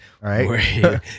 Right